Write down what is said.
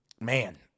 man